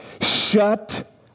shut